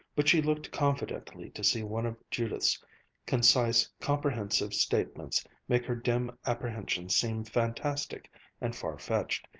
but she looked confidently to see one of judith's concise, comprehensive statements make her dim apprehensions seem fantastic and far-fetched,